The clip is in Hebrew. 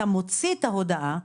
אתה מוציא את ההודעה,